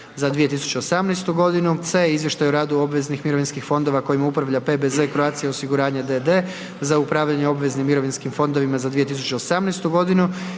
za 2018. g. a) Izvještaj radu obveznih mirovinskih fondova kojima upravlja PBZ Croatia osiguranje d.d. za upravljanje obveznim i dobrovoljnim mirovinskim fondovima za 2018. g.